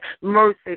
Mercy